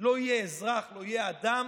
הבן אדם